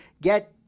get